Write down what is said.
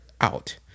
out